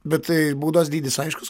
bet tai baudos dydis aiškus